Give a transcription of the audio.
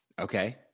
Okay